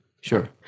Sure